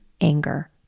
anger